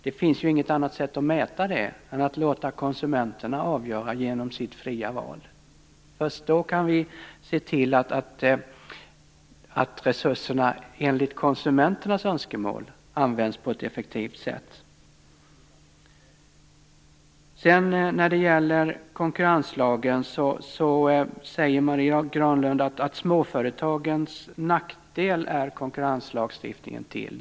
Det finns ju inget annat sätt att mäta det än att låta konsumenterna avgöra det genom sitt fria val. Först då kan vi se till att resurserna enligt konsumenternas önskemål används på ett effektivt sätt. När det gäller konkurrenslagen säger Marie Granlund att konkurrenslagstiftningen är till småföretagens nackdel.